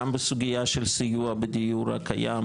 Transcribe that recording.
גם בסוגייה של סיוע בדיור הקיים,